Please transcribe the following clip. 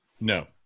No